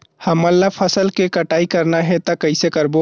हमन ला फसल के कटाई करना हे त कइसे करबो?